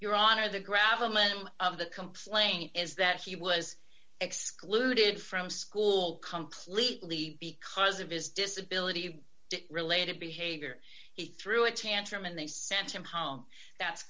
your honor the gravel ma'am of the complaint is that he was excluded from school completely because of his disability related behavior he threw a tantrum and they sent him home that's